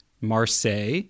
Marseille